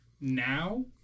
now